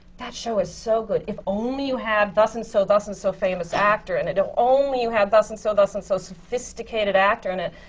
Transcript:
that show is so good. if only you had thus-and-so, thus-and-so famous actor in it. if only you had thus-and-so, thus-and-so sophisticated actor in it.